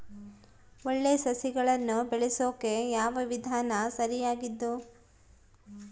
ಒಳ್ಳೆ ಸಸಿಗಳನ್ನು ಬೆಳೆಸೊಕೆ ಯಾವ ವಿಧಾನ ಸರಿಯಾಗಿದ್ದು?